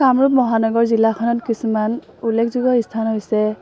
কামৰূপ মহানগৰ জিলাখনত কিছুমান উল্লেখযোগ্য ইস্থান হৈছে